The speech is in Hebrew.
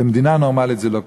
במדינה נורמלית זה לא קורה.